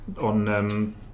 on